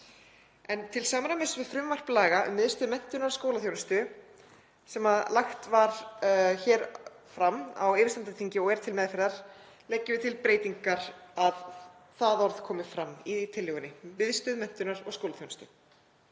en til samræmis við frumvarp til laga um Miðstöð menntunar og skólaþjónustu sem lagt var hér fram á yfirstandandi þingi og er til meðferðar leggjum við til þá breytingu að það orð komi fram í tillögunni; Miðstöð menntunar og skólaþjónustu.